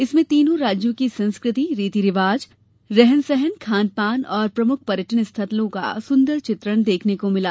इसमें तीनों राज्यों की संस्कृति रीति रिवाज रहन सहन खान पान और प्रमुख पर्यटन स्थलों का सुंदर चित्रण देखने को मिला